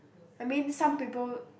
I mean some people